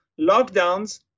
lockdowns